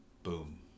boom